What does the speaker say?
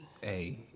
Hey